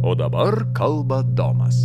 o dabar kalba domas